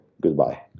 Goodbye